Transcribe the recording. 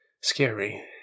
scary